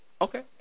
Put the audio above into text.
Okay